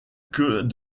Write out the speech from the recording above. queue